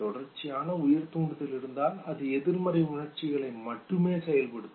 தொடர்ச்சியான உயர் தூண்டுதல் இருந்தால் அது எதிர்மறை உணர்ச்சிகளை மட்டுமே செயல்படுத்தும்